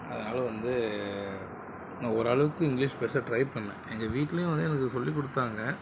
அதனால் வந்து நான் ஓரளவுக்கு இங்கிலீஷ் பேச ட்ரை பண்ணேன் எங்கள் வீட்லேயும் வந்து எனக்கு சொல்லிக்கொடுத்தாங்க